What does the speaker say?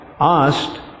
asked